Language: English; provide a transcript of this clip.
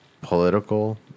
political